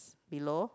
below